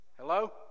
Hello